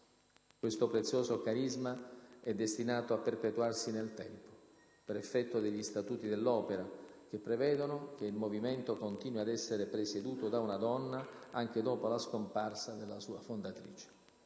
Questo prezioso carisma è destinato a perpetuarsi nel tempo, per effetto degli Statuti dell'Opera, che prevedono che il Movimento continui ad essere presieduto da una donna, anche dopo la scomparsa della sua fondatrice.